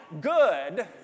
good